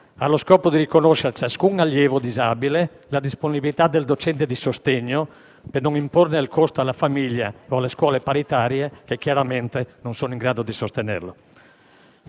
allo scopo di riconoscere a ciascun allievo disabile la disponibilità del docente di sostegno e non imporne il costo alla famiglia o alle scuole paritarie che, chiaramente, non sono in grado di sostenerlo.